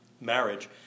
marriage